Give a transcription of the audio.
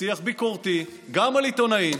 שיח ביקורתי גם על עיתונאים,